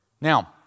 Now